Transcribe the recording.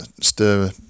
stir